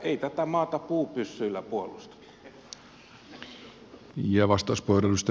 ei tätä maata puupyssyillä puolusteta